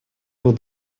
был